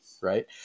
right